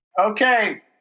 Okay